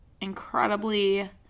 incredibly